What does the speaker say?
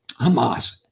Hamas